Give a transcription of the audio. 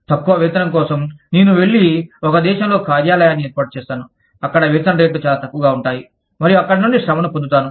తక్కువ వేతనం కోసం నేను వెళ్లి ఒక దేశంలో కార్యాలయాన్ని ఏర్పాటు చేస్తాను అక్కడ వేతన రేట్లు చాలా తక్కువగా ఉంటాయి మరియు అక్కడి నుండి శ్రమను పొందుతాను